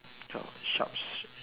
no sharps